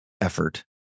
effort